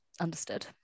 understood